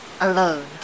Alone